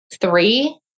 Three